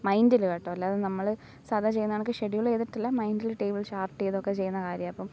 മൈന്റിൽ കേട്ടോ അല്ലാതെ നമ്മൾ സാധാ ചെയ്യുന്ന കണക്ക് ഷെഡ്യൂൾ ചെയ്തിട്ടില്ല മൈന്ൽല് ടേബിൾ ചാർട്ട് ചെയ്ത് ഒക്കെ ചെയ്യുന്ന കാര്യാമാണ് അപ്പം